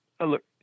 Look